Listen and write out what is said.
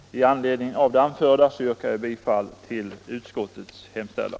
Med anledning av det anförda yrkar jag bifall till utskottets hemställan.